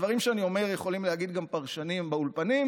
דברים שאני אומר יכולים להגיד גם פרשנים באולפנים.